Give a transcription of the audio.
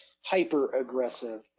hyper-aggressive